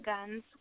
Guns